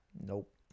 Nope